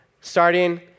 starting